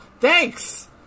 Thanks